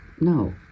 no